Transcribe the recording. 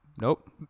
nope